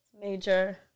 major